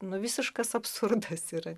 nu visiškas absurdas yra